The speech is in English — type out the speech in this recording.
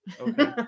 Okay